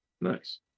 nice